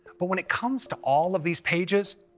but when it comes to all of these pages,